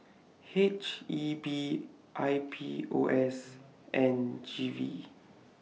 H E B I P O S and G V